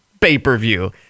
Pay-per-view